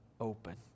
open